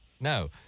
No